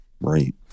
right